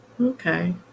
Okay